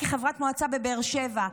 כחברת מועצה בבאר שבע,